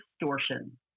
distortion